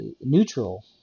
neutral